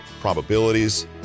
probabilities